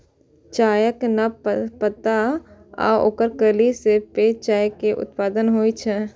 चायक नव पात आ ओकर कली सं पेय चाय केर उत्पादन होइ छै